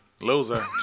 loser